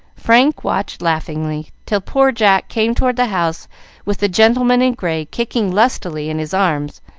frank watched laughingly, till poor jack came toward the house with the gentleman in gray kicking lustily in his arms,